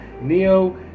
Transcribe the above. Neo